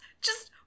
just-